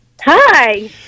Hi